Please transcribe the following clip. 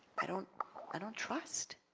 i don't i don't trust.